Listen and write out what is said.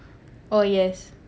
oh yes